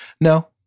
No